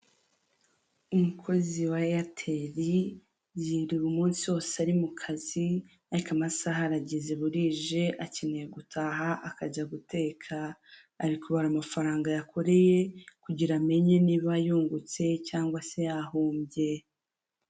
Umukozi wa eyeteri yiriwe umunsi wose ari mu kazi ariko amasaha arageze burije akeneye gutaha akajya guteka, ari kubara amafaranga yakoreye kugira amenye niba yungutse cyangwa se yahombye.